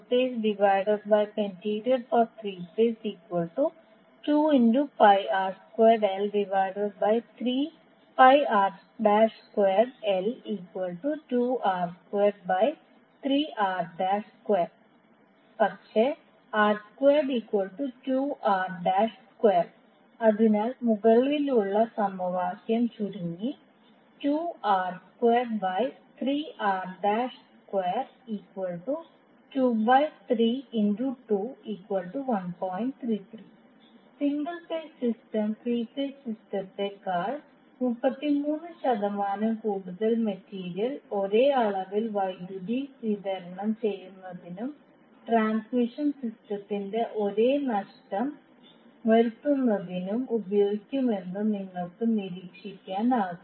പക്ഷേ അതിനാൽ മുകളിലുള്ള സമവാക്യം ചുരുങ്ങി single phase system three phase സിസ്റ്റത്തേക്കാൾ 33 ശതമാനം കൂടുതൽ മെറ്റീരിയൽ ഒരേ അളവിൽ വൈദ്യുതി വിതരണം ചെയ്യുന്നതിനും ട്രാൻസ്മിഷൻ സിസ്റ്റത്തിൽ ഒരേ നഷ്ടം വരുത്തുന്നതിനും ഉപയോഗിക്കുമെന്ന് നിങ്ങൾക്ക് നിരീക്ഷിക്കാനാകും